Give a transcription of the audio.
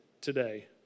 today